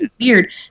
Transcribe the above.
weird